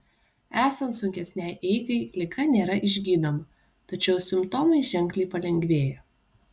esant sunkesnei eigai liga nėra išgydoma tačiau simptomai ženkliai palengvėja